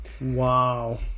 wow